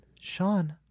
Sean